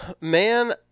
man